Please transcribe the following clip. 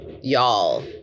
y'all